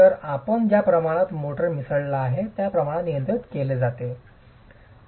तर आपण ज्या प्रमाणात मोर्टार मिसळला आहे त्या प्रमाणात नियंत्रित केले जाते